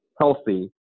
healthy